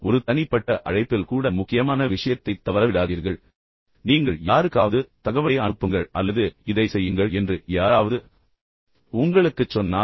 ஒரு தனிப்பட்ட அழைப்பில் கூட முக்கியமான விஷயத்தைத் தவறவிடாதீர்கள் குறிப்பாக நீங்கள் யாரையாவது அழைத்து தகவலை அனுப்புங்கள் அல்லது அவர்களுக்காக இதைச் செய்யுங்கள் என்று யாராவது உங்களுக்குச் சொன்னால்